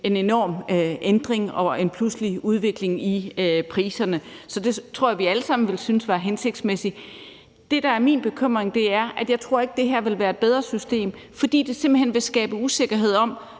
en enorm ændring og en pludselig udvikling i priserne. Så det tror jeg vi alle sammen ville synes var hensigtsmæssigt. Det, der er min bekymring, er, at jeg ikke tror, at det her vil være et bedre system, fordi det simpelt hen vil skabe usikkerhed om,